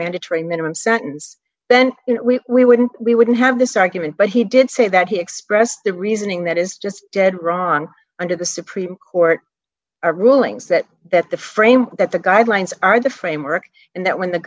mandatory minimum sentence then we we wouldn't we wouldn't have this argument but he did say that he expressed the reasoning that is just dead wrong under the supreme court rulings that that the frame that the guidelines are the framework and that when the